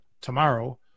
tomorrow